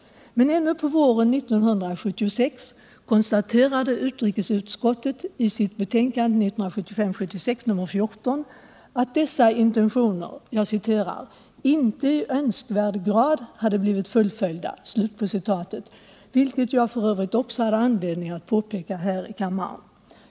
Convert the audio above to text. Men ännu på våren 1976 konstaterade utrikesutskottet i sitt betänkande 1975/76:14 att dessa intentioner ”inte i önskvärd grad blivit fullföljda”, vilket jag f.ö. också hade anledning att påpeka här i kammaren.